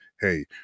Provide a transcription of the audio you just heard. Hey